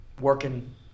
working